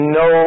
no